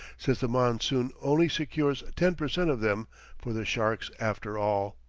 since the monsoon only secures ten per cent of them for the sharks after all.